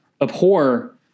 abhor